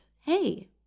Hey